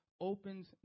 opens